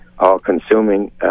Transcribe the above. all-consuming